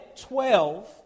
twelve